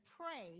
pray